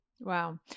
Wow